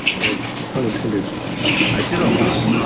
no pun intended i see that a lot.